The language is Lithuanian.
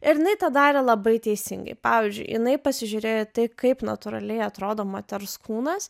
ir jinai tą darė labai teisingai pavyzdžiui jinai pasižiūrėjo taip kaip natūraliai atrodo moters kūnas